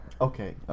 Okay